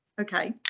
Okay